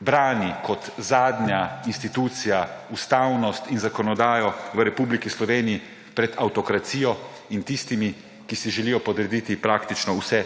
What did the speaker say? brani kot zadnja institucija ustavnost in zakonodajo v Republiki Sloveniji pred avtokracijo in tistimi, ki si želijo podrediti praktično vse